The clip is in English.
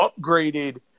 upgraded